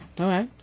Okay